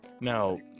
Now